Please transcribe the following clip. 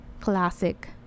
classic